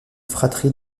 fratrie